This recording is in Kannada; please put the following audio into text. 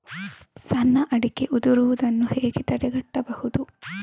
ಸಣ್ಣ ಅಡಿಕೆ ಉದುರುದನ್ನು ಹೇಗೆ ತಡೆಗಟ್ಟಬಹುದು?